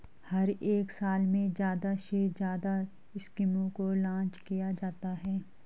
हर एक साल में ज्यादा से ज्यादा स्कीमों को लान्च किया जाता है